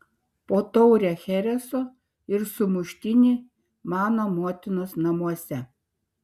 po taurę chereso ir sumuštinį mano motinos namuose